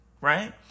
right